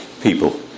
people